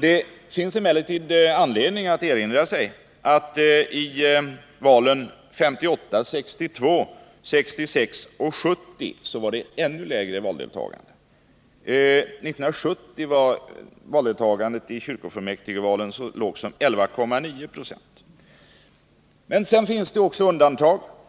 Det finns emellertid anledning erinra om att i valen 1958, 1962, 1966 och 1970 var valdeltagandet ännu lägre. 1970 var deltagandet i kyrkofullmäktigvalet så lågt som 11,9 26. Det finns också undantag.